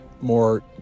more